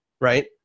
Right